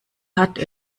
hat